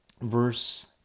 verse